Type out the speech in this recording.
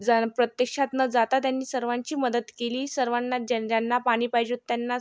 जण प्रत्यक्षात न जाता त्यांनी सर्वांची मदत केली सर्वाना ज्यां ज्यांना पाणी पाहिजे होतं त्यांना